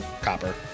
copper